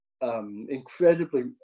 incredibly